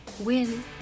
Win